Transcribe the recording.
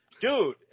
dude